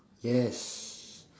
yes